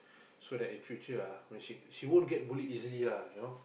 so that in future ah when she she won't get bullied easily lah you know